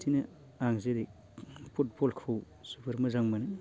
बिदिनो आं जेरै फुटबलखौ जोबोर मोजां मोनो